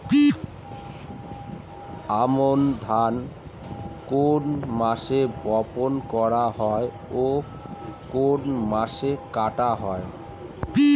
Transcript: আমন ধান কোন মাসে বপন করা হয় ও কোন মাসে কাটা হয়?